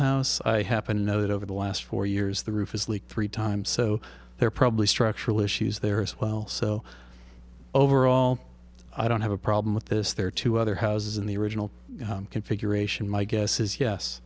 house i happen to know that over the last four years the roof has leaked three times so they're probably structural issues there as well so overall i don't have a problem with this there are two other houses in the original configuration my guess is yes